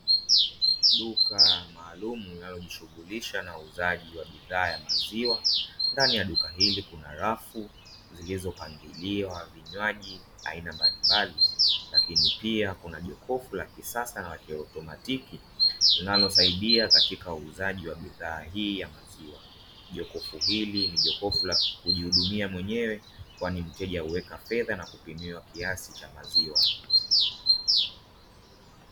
Duka maalumu linalojishughulisha na uuzaji wa bidhaa ya maziwa. Ndani ya duka hili kuna rafu zilizopangiliwa vinywaji aina mbalimbali, lakini pia kuna jokofu la kisasa na kiaotomatiki linalosaidia katika uuzaji wa bidhaa hii ya maziwa. Jokofu hili ni jokofu la kujihudumia mwenyewe, kwani mteja huweka fedha na kupimiwa kiasi cha maziwa.